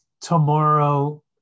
tomorrow